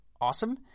awesome